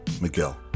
Miguel